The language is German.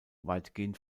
weitgehend